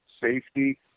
safety